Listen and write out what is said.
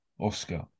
Oscar